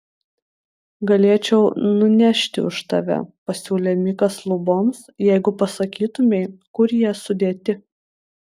galėčiau nunešti už tave pasiūlė mikas luboms jeigu pasakytumei kur jie sudėti